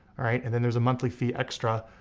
alright? and then there's a monthly fee extra.